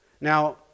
Now